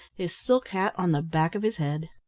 his silk hat on the back of his head.